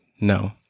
no